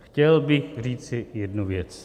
Chtěl bych říci jednu věc.